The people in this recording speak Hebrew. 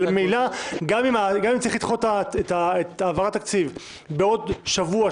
וממילא גם אם צריך לדחות את העברת התקציב בעוד שבוע,